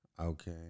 Okay